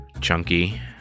chunky